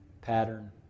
pattern